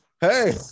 Hey